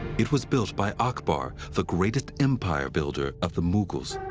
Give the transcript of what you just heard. it was built by akbar, the greatest empire builder of the mughals.